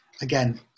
again